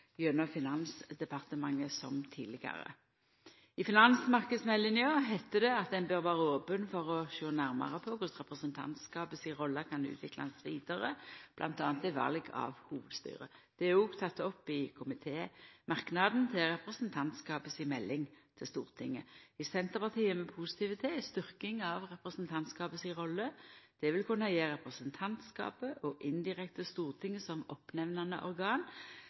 gjennom Finansdepartementet, som tidlegare. I finansmarknadsmeldinga 2012 heiter det at ein bør vera open for å sjå nærmare på korleis representantskapet si rolle kan utviklast vidare, bl.a. ved val av hovudstyret. Det er òg teke opp i komitémerknaden til representantskapet si melding til Stortinget. I Senterpartiet er vi positive til ei styrking av representantskapet si rolle. Det vil kunna gje representantskapet – og indirekte Stortinget, som utnemnande organ